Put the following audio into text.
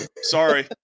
Sorry